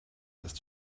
ist